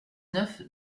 neuf